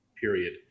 period